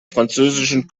französischen